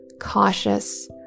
cautious